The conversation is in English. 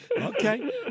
Okay